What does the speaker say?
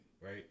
right